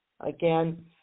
Again